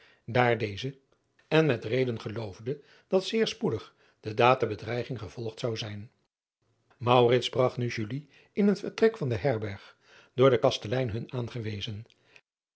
daar deze en met reden geloofde dat zeer spoedig de daad de bedreiging gevolgd zou zijn bragt nu in een vertrek van de erberg door den kastelein hun aangewezen